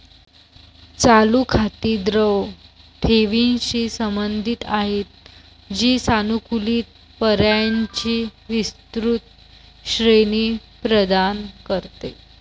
चालू खाती द्रव ठेवींशी संबंधित आहेत, जी सानुकूलित पर्यायांची विस्तृत श्रेणी प्रदान करते